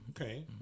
Okay